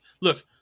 Look